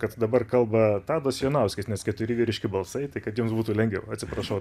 kad dabar kalba tadas jonauskis nes keturi vyriški balsai tai kad jums būtų lengviau atsiprašau